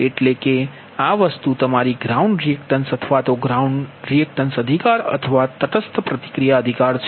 એટલે કે આ વસ્તુ તમારી ગ્રાઉન્ડ રિએક્ટન્સ અથવા તો ગ્રાઉન્ડ રિએક્ટન્સ અધિકાર અથવા તટસ્થ પ્રતિક્રિયા અધિકાર છે